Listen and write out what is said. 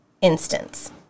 instance